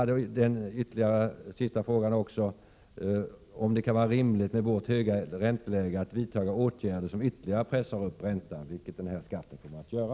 Den andra och sista frågan gällde om det med vårt höga ränteläge kan vara rimligt att vidta åtgärder som ytterligare pressar upp räntan, vilket den här skatten kommer att göra.